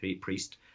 Priest